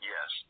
Yes